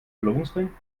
verlobungsring